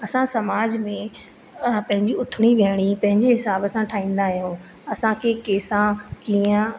असां समाज में पंहिंजी उथणी विहणी पंहिंजे हिसाब सां ठाहींदा आहियूं असां खे कंहिंसां कीअं